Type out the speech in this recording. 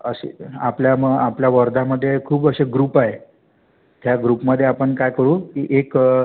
अशी आपल्या मग आपल्या वर्ध्यामध्ये खूप असे ग्रुप आहे त्या ग्रुपमध्ये आपण काय करू की एक